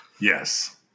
Yes